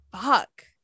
Fuck